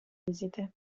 visite